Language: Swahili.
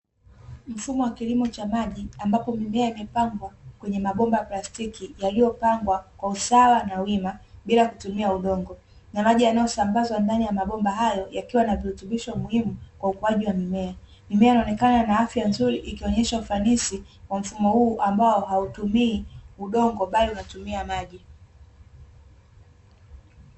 Mfumo wa kilimo cha maji ambapo mimea imepandwa, kwenye mabomba ya plastiki yaliyopangwa kwa usawa na wima bila kutumia udongo na maji yanayosambazwa ndani ya mabomba hayo yakiwa na virutubisho muhimu kwa ukuaji wa mimea. Mimea inaonekana na afya nzuri ikionyesha ufanisi wa mfumo huu ambao hautumii udongo bali unatumia maji.